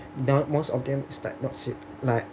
now most of them is like mostly like